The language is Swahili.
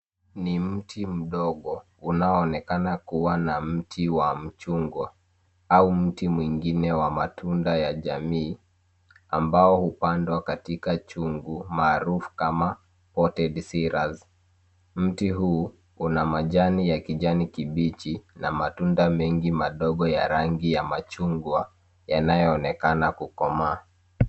Ni mti mdogo unaoonekana kuwa na mti wa mchungwa au mti mwingine wa matunda ya jamii ambao hupandwa katika chungu maarufu kama potted cyrus . Mti huu una majani ya kijani kibichi na matunda mengi madogo ya rangi ya machungwa yanayoonekana kukomaa.